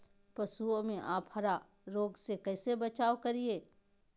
पशुओं में अफारा रोग से कैसे बचाव करिये?